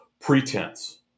pretense